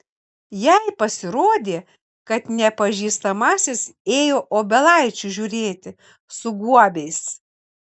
jai pasirodė kad nepažįstamasis ėjo obelaičių žiūrėti su guobiais